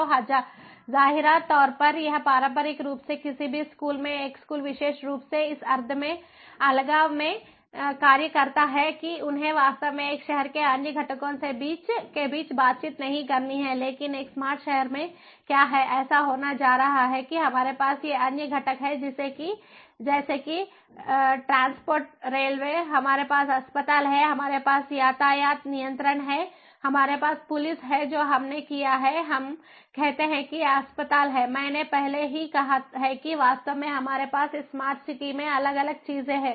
तो जाहिरा तौर पर या पारंपरिक रूप से किसी भी स्कूल में एक स्कूल विशेष रूप से इस अर्थ में अलगाव में कार्य करता है कि उन्हें वास्तव में एक शहर के अन्य घटकों के साथ बातचीत नहीं करनी है लेकिन एक स्मार्ट शहर में क्या है ऐसा होने जा रहा है कि हमारे पास ये अन्य घटक हैं जैसे कि ट्रांसपोर्ट रेलवे हमारे पास अस्पताल हैं हमारे पास यातायात नियंत्रण है हमारे पास पुलिस है जो हमने किया है हम कहते हैं कि अस्पताल हैंमैंने पहले ही कहा है कि वास्तव में हमारे पास इस स्मार्ट सिटी में अलग अलग चीजें हैं